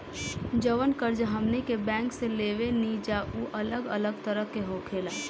जवन कर्ज हमनी के बैंक से लेवे निजा उ अलग अलग तरह के होखेला